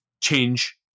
change